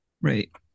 right